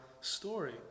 story